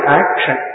action